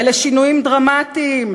אלה שינויים דרמטיים,